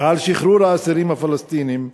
על שחרור האסירים הפלסטינים,